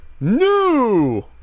new